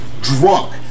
drunk